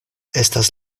estas